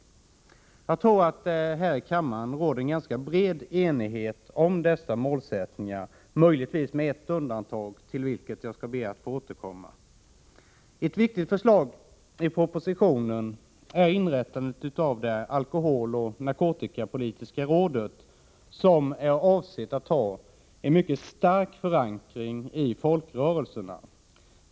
Jag tror att det i riksdagen råder en ganska bred enighet om dessa mål, möjligtvis med ett undantag till vilket jag skall be att få återkomma. Ett viktigt förslag i propositionen är inrättandet av ett alkoholoch narkotikapolitiskt råd, som är avsett att ha en mycket stark förankring i folkrörelserna.